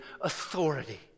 authority